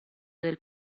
del